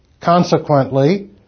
Consequently